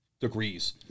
degrees